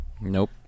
Nope